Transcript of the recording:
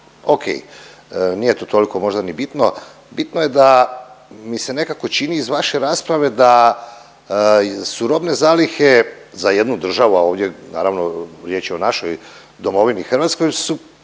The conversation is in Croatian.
okej. Nije to toliko možda ni bitno. Bitno je da mi se nekako čini iz vaše rasprave da su robne zalihe za jednu državu, a ovdje naravno, riječ je o našoj domovini Hrvatskoj su